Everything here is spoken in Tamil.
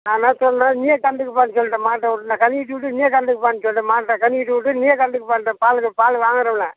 நான் என்ன சொன்னேன் நீயே கறந்துக்கப்பான்னு சொல்லிட்டேன் மாட்டவிட்டு நான் கன்னுகுட்டியை விட்டு நீயே கறந்துக்கப்பான்னு சொல்லிட்டேன் மாட்டை கன்னுகுட்டியவிட்டு நீயே கறந்துக்கப்பான்ட்டேன் பால் பால் வாங்கிறவன்ன